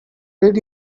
did